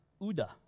Uda